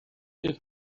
dydd